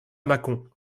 mâcon